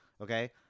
okay